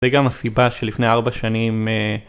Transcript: זה גם הסיבה שלפני 4 שנים